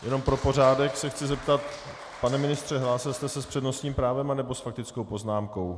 Jen pro pořádek se chci zeptat: Pane ministře, hlásil jste se s přednostním právem, nebo s faktickou poznámkou?